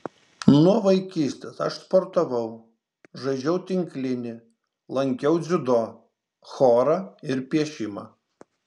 nuo vaikystės aš sportavau žaidžiau tinklinį lankiau dziudo chorą ir piešimą